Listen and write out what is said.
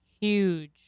Huge